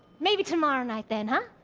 maybe tomorrow night then, huh?